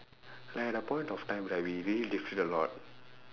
like at a point of time right we really differ a lot